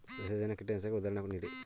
ಸಸ್ಯಜನ್ಯ ಕೀಟನಾಶಕಕ್ಕೆ ಉದಾಹರಣೆ ನೀಡಿ?